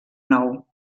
nou